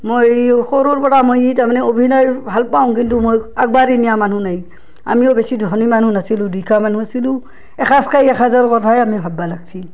মই এই সৰুৰ পৰা মই তাৰমানে অভিনয় ভালপাওঁ কিন্তু মই আগবাঢ়ি নিয়া মানুহ নাই আমিও বেছি ধনী মানুহ নাছিলোঁ দুখীয়া মানুহ আছিলো এসাঁজ খাই এসাঁজৰ কথাই আমি ভাববা লাগছিল